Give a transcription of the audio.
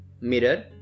Mirror